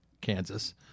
Kansas